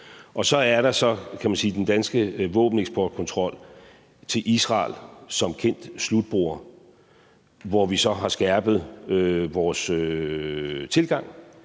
også den danske våbeneksportkontrol over for Israel som en kendt slutbruger, hvor vi så har skærpet vores tilgang,